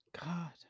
God